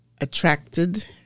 attracted